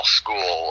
school